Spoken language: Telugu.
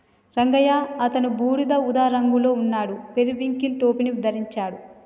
రంగయ్య అతను బూడిద ఊదా రంగులో ఉన్నాడు, పెరివింకిల్ టోపీని ధరించాడు